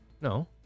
No